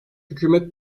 hükümet